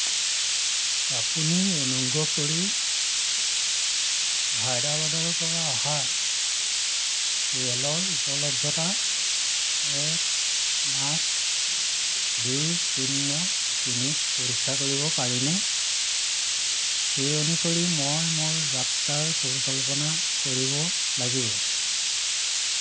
আপুনি অনুগ্ৰহ কৰি হায়দৰাবাদৰপৰা অহা ৰে'লৰ উপলব্ধতা এক আঠ দুই শূন্য মিনিট পৰীক্ষা কৰিব পাৰিবনে সেই অনুসৰি মই মোৰ যাত্ৰাৰ পৰিকল্পনা কৰিব লাগিব